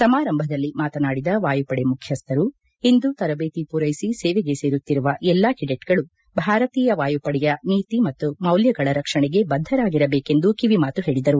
ಸಮಾರಂಭದಲ್ಲಿ ಮಾತನಾಡಿದ ವಾಯುಪಡೆ ಮುಖ್ಯಸ್ಥರು ಇಂದು ತರಬೇತಿ ಪೂರೈಸಿ ಸೇವೆಗೆ ಸೇರುತ್ತಿರುವ ಎಲ್ಲಾ ಕೆಡೆಟ್ಗಳು ಭಾರತೀಯ ವಾಯುಪಡೆಯ ನೀತಿ ಮತ್ತು ಮೌಲ್ಯಗಳ ರಕ್ಷಣಗೆ ಬದ್ಧರಾಗಿರಬೇಕೆಂದು ಕಿವಿಮಾತು ಹೇಳಿದರು